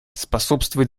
способствует